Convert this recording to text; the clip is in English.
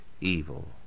evil